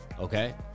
Okay